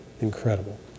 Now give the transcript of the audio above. Incredible